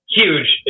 huge